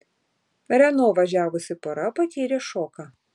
renault važiavusi pora patyrė šoką